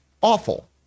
Awful